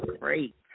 great